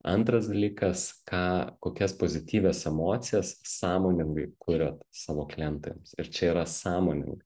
antras dalykas ką kokias pozityvias emocijas sąmoningai kuria savo klientams ir čia yra sąmoningai